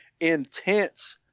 intense